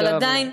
אבל עדיין,